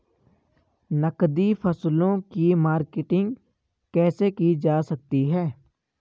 नकदी फसलों की मार्केटिंग कैसे की जा सकती है?